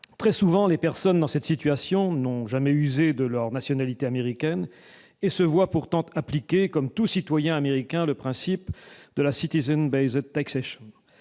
Très souvent, les personnes dans cette situation n'ont jamais usé de leur nationalité américaine et se voient pourtant appliquer, comme tout citoyen américain, le principe de la. Ainsi, il